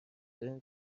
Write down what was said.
دارین